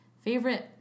favorite